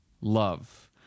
love